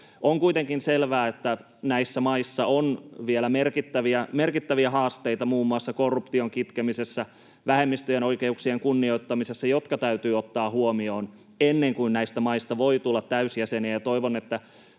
On kuitenkin selvää, että näissä maissa on vielä merkittäviä haasteita muun muassa korruption kitkemisessä ja vähemmistöjen oikeuksien kunnioittamisessa, mikä täytyy ottaa huomioon ennen kuin näistä maista voi tulla täysjäseniä.